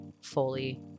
fully